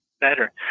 better